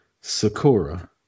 Sakura